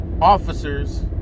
officers